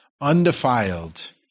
undefiled